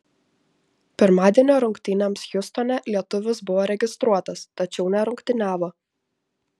pirmadienio rungtynėms hjustone lietuvis buvo registruotas tačiau nerungtyniavo